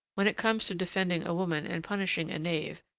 when it comes to defending a woman and punishing a knave,